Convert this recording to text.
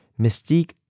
Mystique